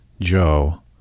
Joe